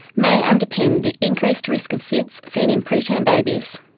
may underpin the increased risk of sids seen in preterm babies.